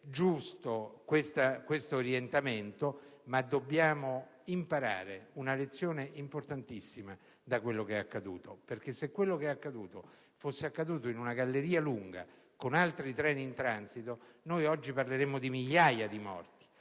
giusto questo orientamento, ma dobbiamo imparare una lezione importantissima dai fatti avvenuti: se quello che è accaduto fosse accaduto in una galleria lunga, con altri treni in transito, oggi parleremmo di migliaia di morti